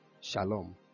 Shalom